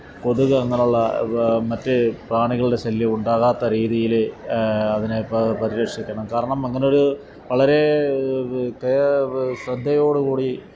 കൊതുക് അങ്ങനെയുള്ള മറ്റു പ്രാണികളുടെ ശല്യമുണ്ടാകാത്ത രീതിയിൽ അതിനേ പരിരക്ഷിക്കണം കാരണം അങ്ങനെയൊരു വളരേ ശ്രദ്ധയോടുകൂടി